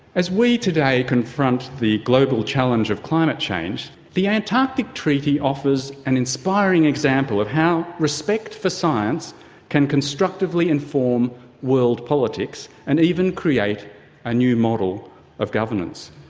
as we today confront the global challenge of climate change, the antarctic treaty offers an inspiring example of how respect for science can constructively inform world politics and even create a new model of governance.